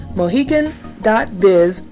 mohegan.biz